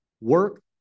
work